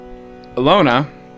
Alona